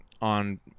on